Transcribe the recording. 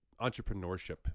entrepreneurship